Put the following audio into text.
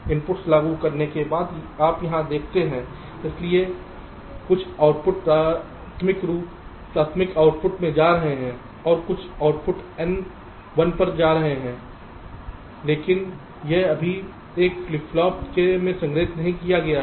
inputs लागू करने के बाद आप यहां देखते हैं इसलिए कुछ आउटपुट प्राथमिक आउटपुट में जा रहे हैं और कुछ आउटपुट N 1 पर जा रहे हैं लेकिन यह अभी तक फ्लिप फ्लॉप में संग्रहीत नहीं किया गया है